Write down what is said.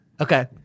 okay